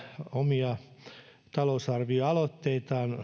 omia talousarvioaloitteitaan